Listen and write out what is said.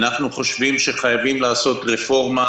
אנחנו חושבים שחייבים לעשות רפורמה